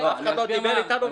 אף אחד לא דיבר איתנו.